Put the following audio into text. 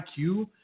IQ